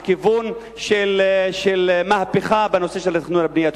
לכיוון של מהפכה בנושא של הבנייה.